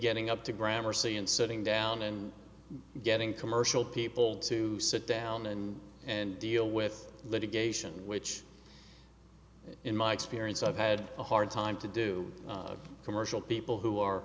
getting up to grammar c and sitting down and getting commercial people to sit down and and deal with litigation which in my experience i've had a hard time to do commercial people who are